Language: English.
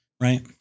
right